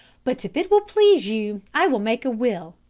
but if it will please you i will make a will.